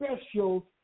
special